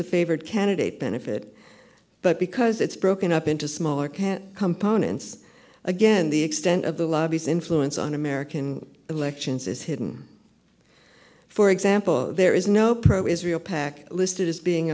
the favored candidate benefit but because it's broken up into smaller can't components again the extent of the lobbies influence on american elections is hidden for example there is no pro israel pac listed as being